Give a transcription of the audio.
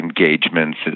engagements